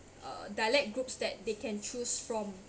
uh dialect groups that they can choose from